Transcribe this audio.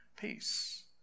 peace